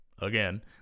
Again